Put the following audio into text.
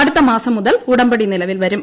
അടുത്ത മാസം മുതൽ ഉടമ്പടി നിലവിൽ വരും